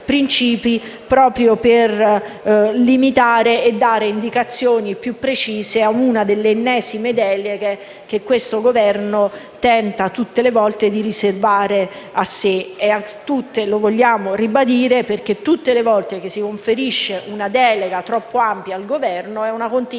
proprio per limitare, dando indicazioni più precise, una delle ennesime deleghe che questo Governo tenta tutte le volte di riservare a sé. Lo vogliamo ribadire, perché ogni volta che si conferisce una delega troppo ampia al Governo si continua